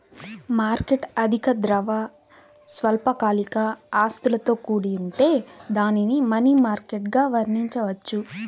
market అధిక ద్రవ, స్వల్పకాలిక ఆస్తులతో కూడి ఉంటే దానిని మనీ మార్కెట్గా వర్ణించవచ్చు